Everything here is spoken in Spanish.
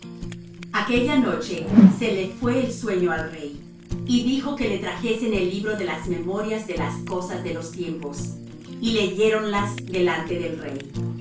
aquella noche se le fué el sueño al rey y dijo que le trajesen el libro de las memorias de las cosas de los tiempos y leyéronlas delante del rey